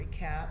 recap